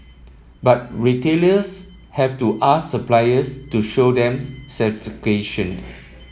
but retailers have to ask suppliers to show them certification